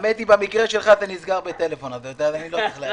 האמת שבמקרה שלך זה נסגר בטלפון אז אני לא צריך להגיע.